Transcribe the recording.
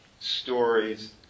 stories